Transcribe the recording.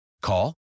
Call